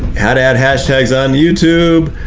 how to add hashtags on youtube.